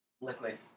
Liquid